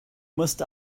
must